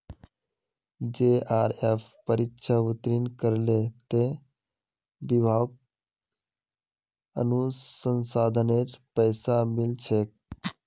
JRF परीक्षा उत्तीर्ण करले त विभाक अनुसंधानेर पैसा मिल छेक